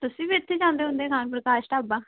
ਤੁਸੀਂ ਵੀ ਇੱਥੇ ਜਾਂਦੇ ਹੁੰਦੇ ਖਾਣ ਪ੍ਰਕਾਸ਼ ਢਾਬਾ